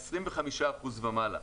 25% ומעלה,